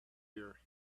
here